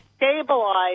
Stabilize